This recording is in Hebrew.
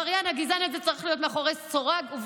וטום אביב העבריין הגזען הזה צריך להיות מאחורי סוגר ובריח.